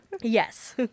Yes